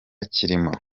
kirimo